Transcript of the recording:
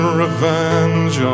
revenge